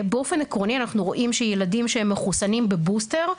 באופן עקרוני אנחנו רואים שילדים שמחוסנים בבוסטר,